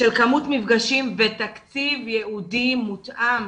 של כמות מפגשים ותקציב ייעודי מותאם.